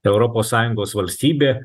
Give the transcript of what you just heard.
europos sąjungos valstybė